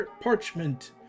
parchment